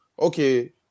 okay